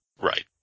Right